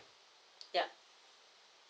yup